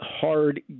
hard